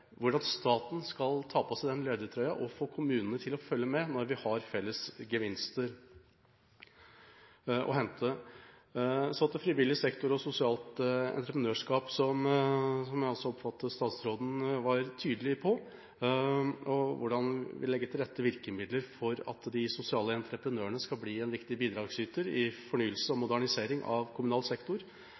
hvordan staten skal ta på seg den ledertrøya og få kommunene til å følge med når vi har felles gevinster å hente. Så til frivillig sektor og sosialt entreprenørskap – som jeg også oppfatter at statsråden var tydelig på – og hvordan vi legger til rette virkemidler for at de sosiale entreprenørene skal bli en viktig bidragsyter i fornyelse og modernisering av kommunal sektor.